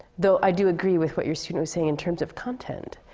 though i do agree with what you're so you know saying, in terms of content.